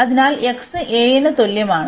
അതിനാൽ x a ന് തുല്യമാണ്